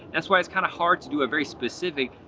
that's why it's kind of hard to do a very specific